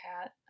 cat